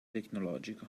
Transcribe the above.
tecnologico